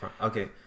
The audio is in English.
Okay